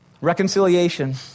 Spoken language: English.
Reconciliation